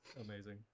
Amazing